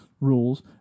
rules